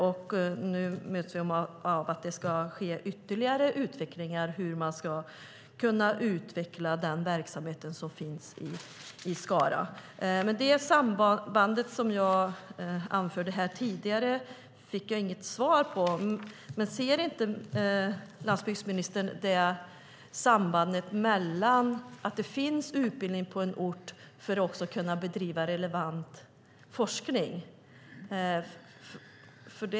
Nu möts vi av att det ska ske ytterligare utredningar om hur man ska utveckla den verksamhet som finns i Skara. Det samband som jag tog upp tidigare fick jag ingen kommentar till. Ser inte landsbygdsministern sambandet mellan utbildningar på en ort och möjligheten att bedriva relevant forskning?